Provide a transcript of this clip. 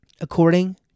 According